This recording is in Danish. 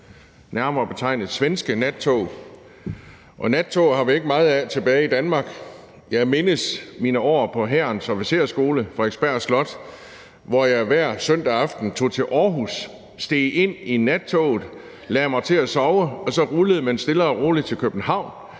nærmere betegnet svenske nattog. Nattog har vi ikke meget tilbage af i Danmark. Jeg mindes mine år på Hærens Officersskole på Frederiksberg Slot. Hver søndag aften tog jeg til Aarhus, steg ind i nattoget og lagde mig til at sove, og så rullede man stille og roligt til København